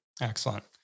Excellent